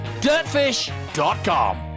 Dirtfish.com